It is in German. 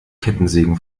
kettensägen